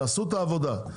תעשו את העבודה,